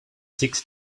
six